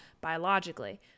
biologically